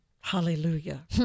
hallelujah